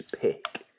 pick